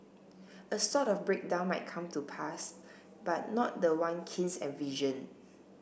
a sort of breakdown might come to pass but not the one Keynes envisioned